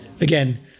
again